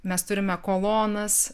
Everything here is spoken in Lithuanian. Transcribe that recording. mes turime kolonas